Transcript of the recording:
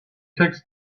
takes